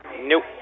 Nope